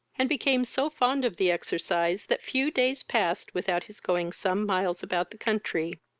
and became so fond of the exercise, that few days passed without his going some miles about the country.